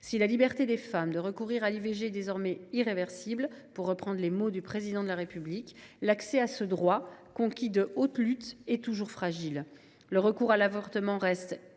Si la liberté des femmes de recourir à l’IVG est désormais « irréversible », pour reprendre les mots du Président de la République, l’accès à ce droit conquis de haute lutte est toujours fragile. Le recours à l’avortement reste inégal